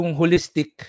holistic